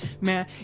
man